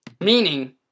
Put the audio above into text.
Meaning